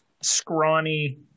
scrawny